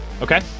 okay